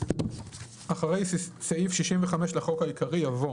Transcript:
אחרי סעיף 65 לחוק העיקרי יבוא: